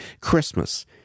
christmas